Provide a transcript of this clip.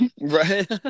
Right